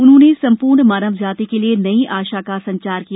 उन्होंने सम्पूर्ण मानव जाति के लिए नई आशा का संचार किया